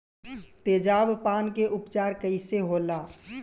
तेजाब पान के उपचार कईसे होला?